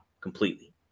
completely